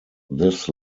this